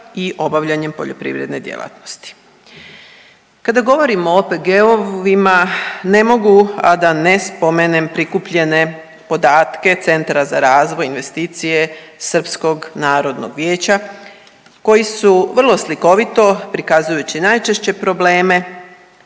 i obavljanjem poljoprivredne djelatnosti. Kada govorimo o OPG-ovima ne mogu a da ne spomenem prikupljene podatke Centra za razvoj, investicije srpskog narodnog vijeća koji su vrlo slikovito prikazujući najčešće probleme